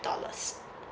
dollars